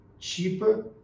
cheaper